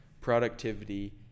productivity